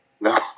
No